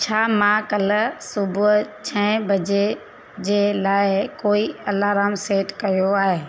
छा मां कल्ह सुबुह छहे बजे जे लाइ कोई अलाराम सेट कयो आहे